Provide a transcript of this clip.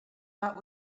that